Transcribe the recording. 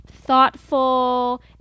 Thoughtful